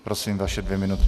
Prosím, vaše dvě minuty.